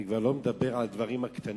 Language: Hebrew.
אני כבר לא מדבר על הדברים הקטנים,